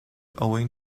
owing